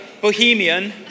Bohemian